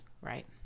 Right